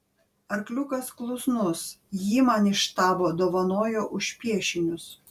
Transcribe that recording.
arkliukas klusnus jį man iš štabo dovanojo už piešinius